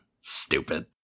Stupid